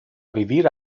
vivir